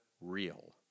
Real